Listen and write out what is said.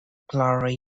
clara